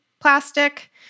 plastic